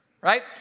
right